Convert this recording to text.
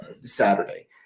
Saturday